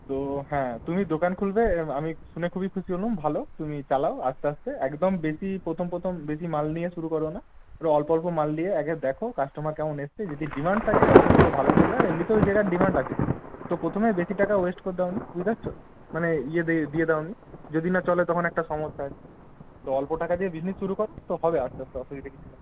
তো হ্যাঁ তুমি দোকান খুলবে আমি শুনে খুবই খুশি হলুম ভাল তুমি চালাও আস্তে আস্তে একদম বেশি প্রথম প্রথম বেশি মাল নিয়ে শুরু করো না একটু অল্প অল্প মাল দিয়ে আগে দেখো কাস্টমার কেমন এসছে যদি ডিম্যান্ড থাকে আমি তো বলব ভালোই চলবে আর এমনিতেও ঐ জায়গার ডিম্যান্ড আছে তো প্রথমে বেশি টাকা ওয়েস্ট করতে হবে না বুঝতে পারছ মানে ইয়েতে দিয়ে দাও নি যদি না চলে তখন একটা সমস্যা আছে তো অল্প টাকা দিয়ে বিজনেস শুরু করো তো হবে আস্তে আস্তে অসুবিধে কিছু নাই